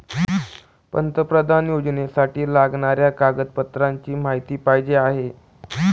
पंतप्रधान योजनेसाठी लागणाऱ्या कागदपत्रांची माहिती पाहिजे आहे